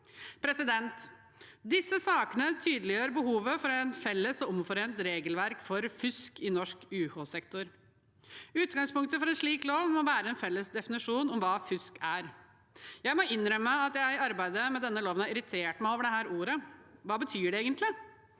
Disse sakene tydeliggjør behovet for et felles og omforent regelverk for fusk i norsk UH-sektor. Utgangspunktet for en slik lov må være en felles definisjon av hva fusk er. Jeg må innrømme at jeg i arbeidet med denne loven har irritert meg over dette ordet. Hva betyr det egentlig?